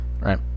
Right